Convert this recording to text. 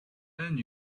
and